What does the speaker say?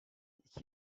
iki